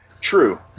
True